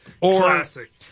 Classic